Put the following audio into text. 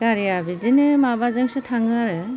गारिआ बिदिनो माबाजोंसो थाङो आरो